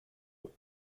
eux